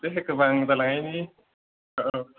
एसेसो गोबां जालांनायनि औ